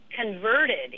converted